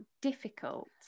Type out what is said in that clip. difficult